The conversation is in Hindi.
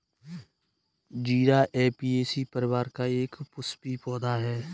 जीरा ऍपियेशी परिवार का एक पुष्पीय पौधा है